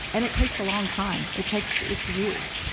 and it takes a long time. it takes, it's years.